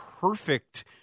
perfect